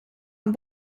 een